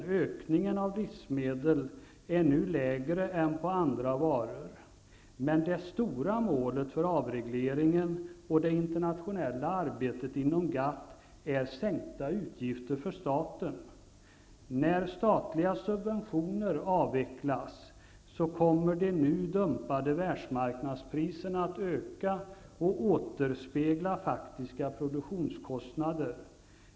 Prisökningen på livsmedel är nu lägre än på andra varor. Men det stora målet för avregleringen och det internationella arbetet inom GATT är sänkta utgifter för staten. När statliga subventioner avvecklas, kommer de nu dumpade världsmarknadspriserna att öka och återspegla faktiska produktionskostnader.